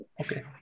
Okay